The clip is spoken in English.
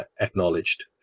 acknowledged